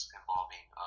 involving